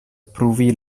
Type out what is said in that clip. pruvi